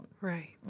Right